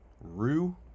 Rue